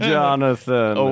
Jonathan